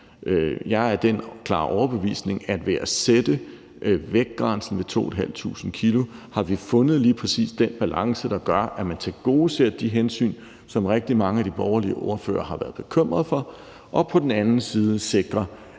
Jeg er af den klare overbevisning, at ved at sætte vægtgrænsen ved 2.500 kg har vi fundet lige præcis den balance, der gør, at man tilgodeser de hensyn, som rigtig mange af de borgerlige ordførere har været bekymret for, og omvendt også sikrer,